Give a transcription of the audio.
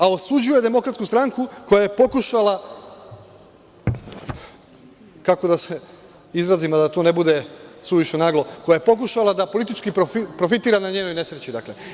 A osuđuje DS koja je pokušala kako da se izrazim, a da to ne bude suviše naglo, koja je pokušala da politički profitira na njenoj nesreći.